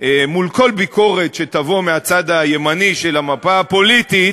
מול כל ביקורת שתבוא מהצד הימני של המפה הפוליטית,